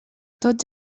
tots